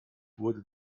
wurde